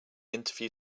interview